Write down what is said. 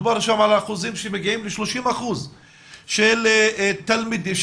מדובר שם על אחוזים שמגיעים ל-30% של ילדים